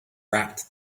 rapped